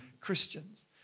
Christians